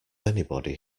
anybody